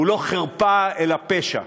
הוא לא חרפה אלא פשע.